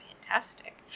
Fantastic